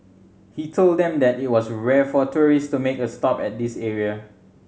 he told them that it was rare for tourists to make a stop at this area